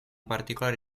particolare